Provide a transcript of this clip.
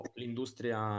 l'industria